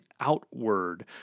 outward